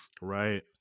Right